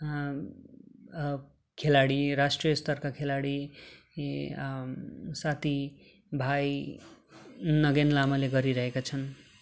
खेलाडी राष्ट्रिय स्तरका खेलाडी साथी भाइ नगेन लामाले गरिरहेका छन्